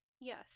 Yes